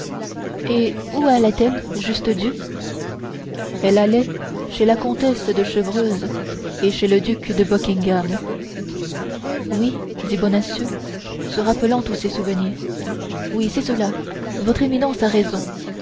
et où allait-elle juste dieu elle allait chez la duchesse de chevreuse et chez le duc de buckingham oui dit bonacieux rappelant tous ses souvenirs oui c'est cela votre éminence a raison